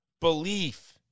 belief